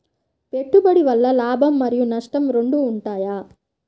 పెట్టుబడి వల్ల లాభం మరియు నష్టం రెండు ఉంటాయా?